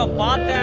ah banu!